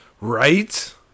right